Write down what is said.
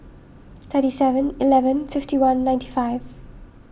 thirty Seven Eleven fifty one ninety five